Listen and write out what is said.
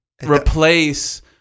replace